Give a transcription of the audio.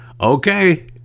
okay